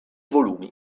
volumi